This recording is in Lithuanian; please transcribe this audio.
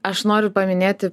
aš noriu paminėti